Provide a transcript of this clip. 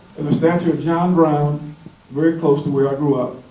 a statue of john brown very close to where i grew up.